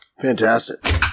Fantastic